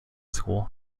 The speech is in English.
school